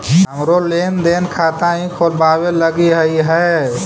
हमरो लेन देन खाता हीं खोलबाबे लागी हई है